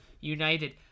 United